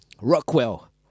Rockwell